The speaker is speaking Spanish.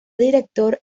director